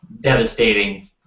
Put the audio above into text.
devastating